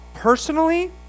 personally